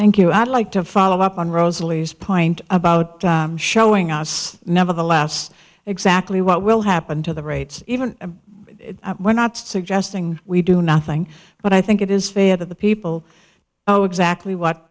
thank you i'd like to follow up on rosalie's point about showing us nevertheless exactly what will happen to the rates even when not suggesting we do nothing but i think it is fair that the people oh exactly what